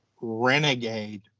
Renegade